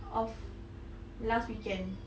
of last weekend